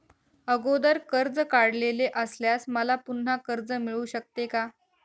अगोदर कर्ज काढलेले असल्यास मला पुन्हा कर्ज मिळू शकते का?